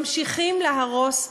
ממשיכים להרוס,